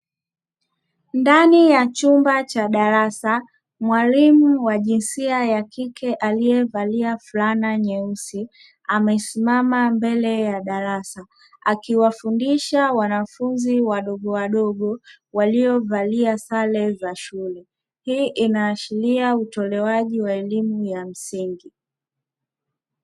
Ndani ya chumba cha darasa mwalimu wa jisia yakike aliyevalia fulana nyeusi, amesimama mbele ya darasa akiwafundisha wanafunzi wadogowadogo waliovalia sare za shule, hii inaashiria utorewaji wa elimu ya shule ya msingi.